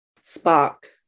spark